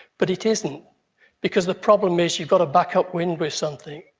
but it isn't because the problem is you've got to back up wind with something,